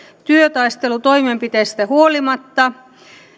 työtaistelutoimenpiteistä huolimatta